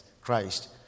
Christ